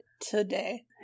today